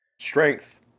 Strength